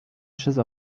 przez